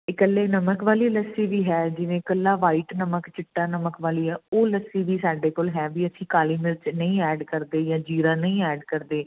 ਇਕੱਲੇ ਨਮਕ ਵਾਲੀ ਲੱਸੀ ਵੀ ਹੈ ਜਿਵੇਂ ਕੱਲਾ ਵਾਈਟ ਨਮਕ ਚਿੱਟਾ ਨਮਕ ਵਾਲੀ ਹੈ ਉਹ ਲੱਸੀ ਵੀ ਸਾਡੇ ਕੋਲ ਹੈ ਵੀ ਅਸੀਂ ਕਾਲੀ ਮਿਰਚ ਨਹੀਂ ਐਡ ਕਰਦੇ ਜਾਂ ਜੀਰਾ ਨਹੀਂ ਐਡ ਕਰਦੇ